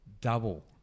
double